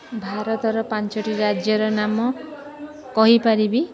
ଭାରତର ପାଞ୍ଚଟି ରାଜ୍ୟର ନାମ କହିପାରିବି